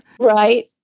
Right